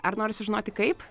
ar nori sužinoti kaip